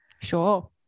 Sure